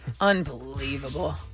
Unbelievable